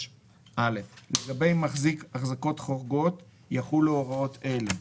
מכירת החזקות חורגות לגבי המחזיק החזקות חורגות יחולו הוראות אלה: